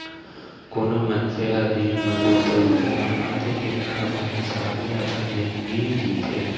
कोनो मनसे ह दिन म दू सव रूपिया कमाथे तेन ह अपन हिसाब ले अपन जिनगी जीथे